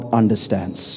understands